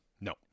No